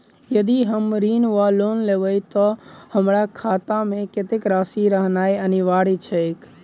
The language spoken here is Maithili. यदि हम ऋण वा लोन लेबै तऽ हमरा खाता मे कत्तेक राशि रहनैय अनिवार्य छैक?